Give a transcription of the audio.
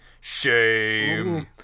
Shame